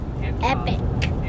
Epic